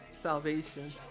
salvation